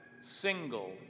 single